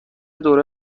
دوره